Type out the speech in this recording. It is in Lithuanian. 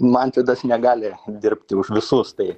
mantvidas negali dirbti už visus tai